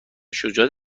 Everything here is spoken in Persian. شجاعت